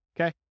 okay